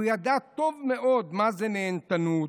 הוא ידע טוב מאוד מה זו נהנתנות,